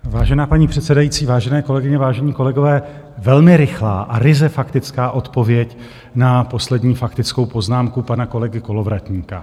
Vážená paní předsedající, vážené kolegyně, vážení kolegové, velmi rychlá a ryze faktická odpověď na poslední faktickou poznámku pana kolegy Kolovratníka.